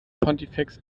pontifex